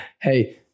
Hey